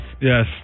Yes